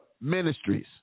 ministries